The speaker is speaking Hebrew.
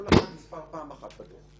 כל אחד נספר פעם אחת בדוח.